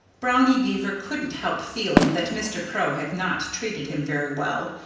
brownie beaver couldn't help feeling that mr. crow had not treated him very well,